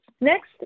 Next